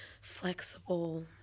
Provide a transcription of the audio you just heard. flexible